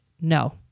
No